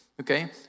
Okay